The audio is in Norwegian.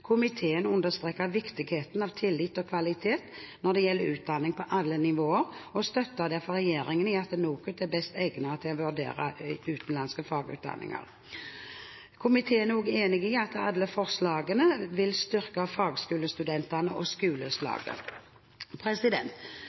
Komiteen understreker viktigheten av tillit og kvalitet når det gjelder utdanning på alle nivåer, og støtter derfor regjeringen i at NOKUT er best egnet til å vurdere utenlandske fagutdanninger. Komiteen er også enig i at alle forslagene vil styrke fagskolestudentene og skoleslaget.